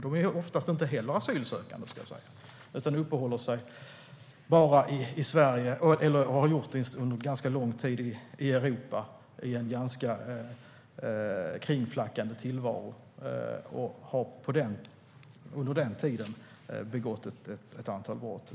De är oftast inte asylsökande, utan de uppehåller sig i Sverige, har uppehållit sig under ganska lång tid i Europa i en ganska kringflackande tillvaro och har under den tiden begått ett antal brott.